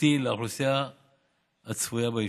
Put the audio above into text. ואיכותי לאוכלוסייה הצפויה ביישוב,